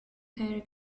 harry